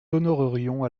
honorerions